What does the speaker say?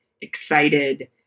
excited